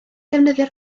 defnyddio